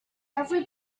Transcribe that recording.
every